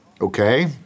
Okay